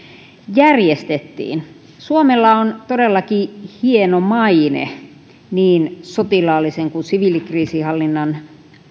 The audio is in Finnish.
järjestettiin suomella on todellakin hieno maine niin sotilaallisen kuin siviilikriisihallinnan